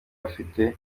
afite